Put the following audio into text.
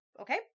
okay